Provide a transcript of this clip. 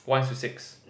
one is to six